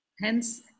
hence